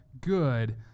good